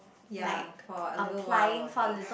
ya for a little while only